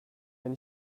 wenn